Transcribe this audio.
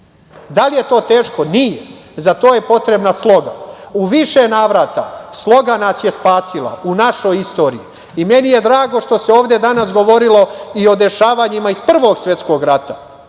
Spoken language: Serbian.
li je to teško? Nije. Za to je potrebna sloga. U više navrata sloga nas je spasila u našoj istoriji. Meni je drago što se ovde danas govorilo i o dešavanjima iz Prvog svetskog rata,